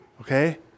okay